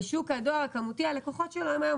בשוק הדואר הכמותי הלקוחות שלו הם היום